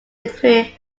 including